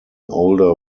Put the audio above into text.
older